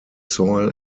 soil